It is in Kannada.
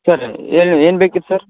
ಸರ್ ಏನು ಏನು ಬೇಕಿತ್ತು ಸರ್